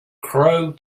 crow